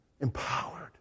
empowered